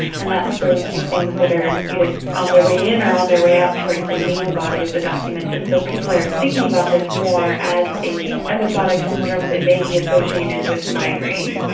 and that's where we keep things that are either on their way in or on their way out towards the main body of the document, and so people are thinking about this more as an episodic syndrome that may be associated with migraine,